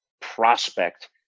Prospect